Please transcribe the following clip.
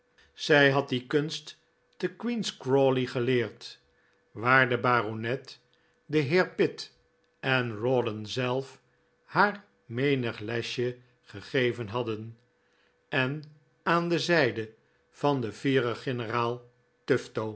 zij had die kunst te queen's crawley geleerd waar de baronet de heer pitt en rawdon zelf haar menig lesje gegeven hadden en aan de zijde van den fieren generaal